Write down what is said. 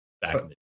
back